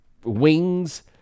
wings